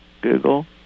Google